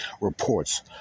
reports